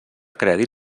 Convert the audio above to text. crèdit